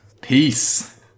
Peace